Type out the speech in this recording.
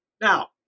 Now